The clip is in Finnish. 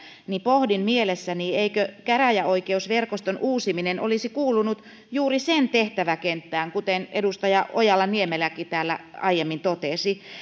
pohdin mielessäni eikö käräjäoikeusverkoston uusiminen olisi kuulunut juuri sen tehtäväkenttään kuten edustaja ojala niemeläkin täällä aiemmin totesi